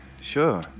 sure